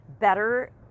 better